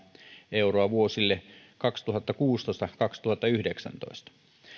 euroa vuosille kaksituhattakuusitoista viiva kaksituhattayhdeksäntoista